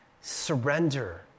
surrender